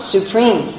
Supreme